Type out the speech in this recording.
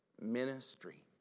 ministry